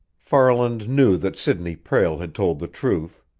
farland knew that sidney prale had told the truth.